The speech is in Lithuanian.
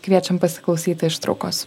kviečiam pasiklausyti ištraukos